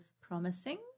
promising